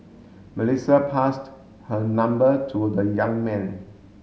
Melissa passed her number to the young man